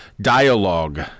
dialogue